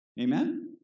Amen